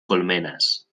colmenas